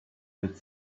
hit